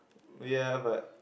ya but